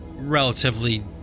relatively